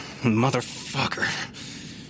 Motherfucker